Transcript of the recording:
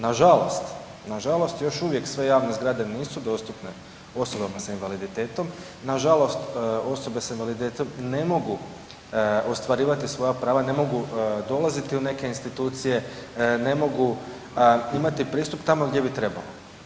Nažalost, nažalost još uvijek sve javne zgrade nisu dostupne osobama s invaliditetom, nažalost osobe s invaliditetom ne mogu ostvarivati svoja prava, ne mogu dolaziti u neke institucije, ne mogu imati pristup tamo gdje bi trebali.